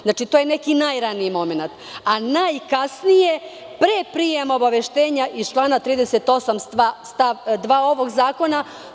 Znači, to je neki najraniji momenat, a najkasnije pre prijema obaveštenja iz člana 38. stav 2. ovog zakona.